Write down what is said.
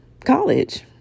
college